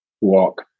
walk